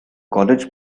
college